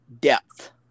Depth